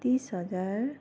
तिस हजार